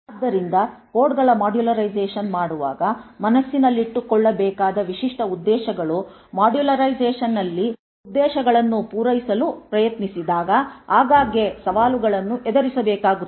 ಆದ್ದರಿಂದಕೋಡ್ಗಳ modularisation ಮಾಡುವಾಗ ಮನಸ್ಸಿನಲ್ಲಿಟ್ಟುಕೊಳ್ಳಬೇಕಾದ ವಿಶಿಷ್ಟ ಉದ್ದೇಶಗಳು ಮಾಡ್ಯುಲರೈಸೇಶನ್ನಲ್ಲಿ ಉದ್ದೇಶಗಳನ್ನು ಪೂರೈಸಲು ಪ್ರಯತ್ನಿಸಿದಾಗ ಆಗಾಗ್ಗೆ ಸವಾಲುಗಳನ್ನು ಎದುರಿಸಬೇಕಾಗುತ್ತದೆ